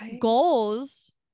goals